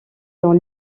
dans